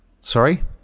Sorry